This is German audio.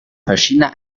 verschiedene